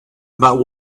about